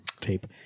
tape